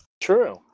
True